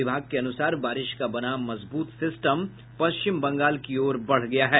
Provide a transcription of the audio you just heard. विभाग के अनुसार बारिश का बना मजबूत सिस्टम बंगाल की ओर बढ़ गया है